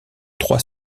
trois